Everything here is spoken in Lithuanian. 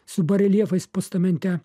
su bareljefais postamente